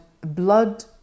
blood